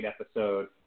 episode